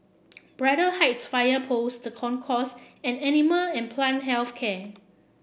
Braddell Heights Fire Post The Concourse and Animal and Plant Health Care